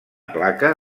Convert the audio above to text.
placa